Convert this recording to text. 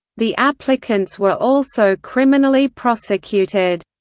the applicants were also criminally prosecuted.